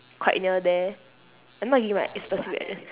quite near there I'm not giving my specific address